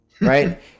Right